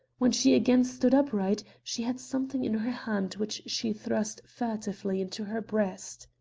when she again stood upright, she had something in her hand which she thrust furtively into her breast.